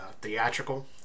theatrical